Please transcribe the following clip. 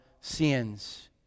sins